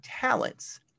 talents